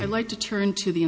i'd like to turn to the